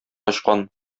качкан